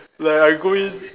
like I go in